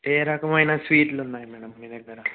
ఏ రకమైన స్వీట్లు ఉన్నాయయి మేడం మీ దగ్గర